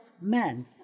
men